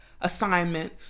assignment